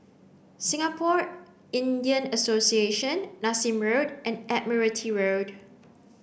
Singapore Indian Association Nassim Road and Admiralty Road